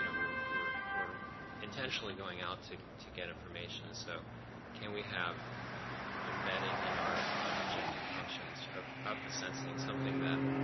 you know we're we're intentionally going out to to get information. so can we have embedded in our objective functions of of the sensing something that